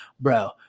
bro